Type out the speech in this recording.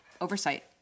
oversight